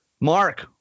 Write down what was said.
Mark